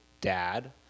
dad